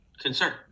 concern